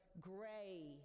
gray